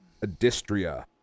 Adistria